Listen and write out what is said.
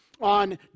on